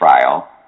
trial